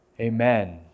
amen